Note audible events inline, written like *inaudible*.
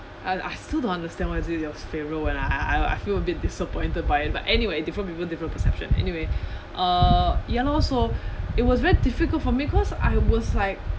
I I still don't understand why is it your favourite when I I I feel a bit disappointed by it but anyway different people different perception anyway *breath* uh ya lor so it was very difficult for me cause I was like